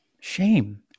shame